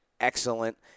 excellent